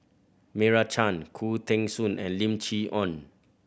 Meira Chand Khoo Teng Soon and Lim Chee Onn